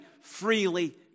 freely